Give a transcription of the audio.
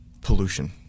pollution